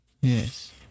Yes